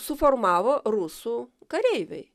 suformavo rusų kareiviai